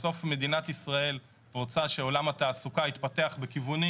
בסוף מדינת ישראל רוצה שעולם התעסוקה יתפתח בכיוונים.